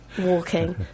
walking